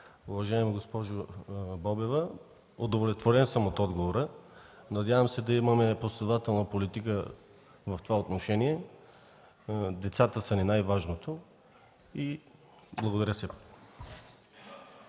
Уважаема госпожо Бобева, удовлетворен съм от отговора. Надявам се да имаме последователна политика в това отношение. Децата ни са най-важното. Благодаря.